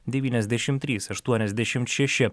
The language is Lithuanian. devyniasdešim trys aštuoniasdešimt šeši